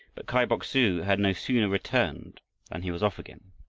but kai bok-su had no sooner returned than he was off again.